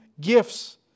gifts